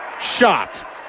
shot